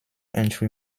entry